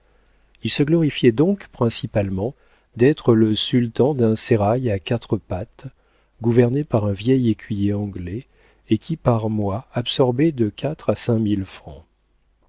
il se glorifiait donc principalement d'être le sultan d'un sérail à quatre pattes gouverné par un vieil écuyer anglais et qui par mois absorbait de quatre à